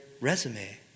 resume